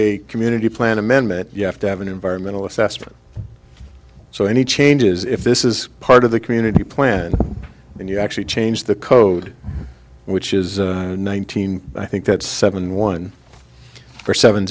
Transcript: a community plan amendment you have to have an environmental assessment so any changes if this is part of the community plan and you actually change the code which is nineteen i think that seven one seven